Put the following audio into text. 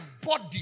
body